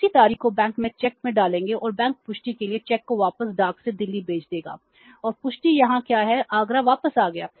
वे उसी तारीख को बैंक में चेक में डालेंगे और बैंक पुष्टि के लिए चेक को वापस डाक से दिल्ली भेज देगा और पुष्टि यहाँ क्या है आगरा वापस आ गया